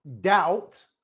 doubt